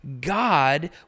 God